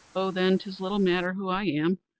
oh, then, tis little matter who i am.